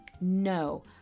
No